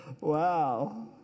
Wow